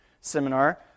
Seminar